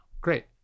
great